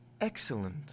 Excellent